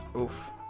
Oof